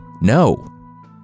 No